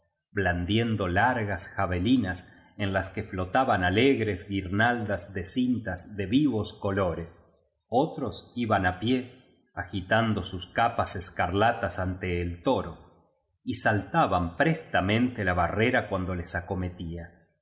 blandiendo largas avelinas en las que flotaban alegres guirnaldas de cintas de vivos colores otros iban á pie agitan do sus capas escarlatas ante el toro y saltaban prestamente la barrera cuando les acometía y